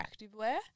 activewear